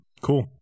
cool